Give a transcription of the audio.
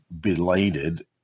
belated